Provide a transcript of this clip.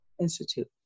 Institute